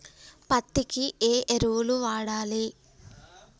పత్తి కి ఏ ఎరువులు వాడాలి?